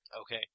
Okay